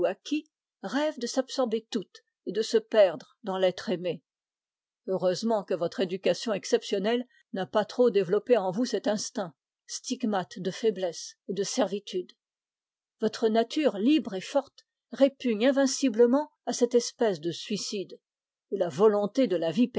rêve de s'absorber toute et de se perdre dans l'être aimé heureusement que votre éducation exceptionnelle n'a pas trop développé en vous cet instinct de servitude votre nature répugne invinciblement à cette espèce de suicide et la volonté de la vie